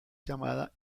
llamada